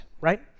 right